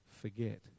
forget